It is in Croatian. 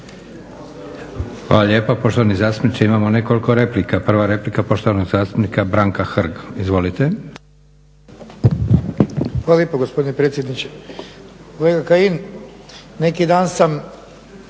Hvala lijepa poštovani zastupniče. Imamo nekoliko replika. Prva replika poštovanog zastupnika Branka Hrga. Izvolite. **Hrg, Branko (HSS)** Hvala lijepo gospodine predsjedniče. Kolega Kajin neki dan sam